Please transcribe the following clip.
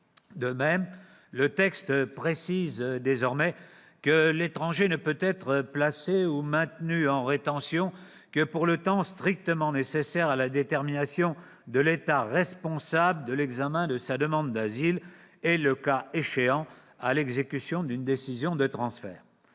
De même, le présent texte indique désormais que l'étranger ne peut être placé ou maintenu en rétention que pour le temps strictement nécessaire à la détermination de l'État responsable de l'examen de sa demande d'asile et, le cas échéant, à l'exécution d'une décision de transfert.